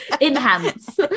enhance